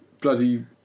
Bloody